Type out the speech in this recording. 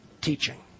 teaching